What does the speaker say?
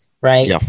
right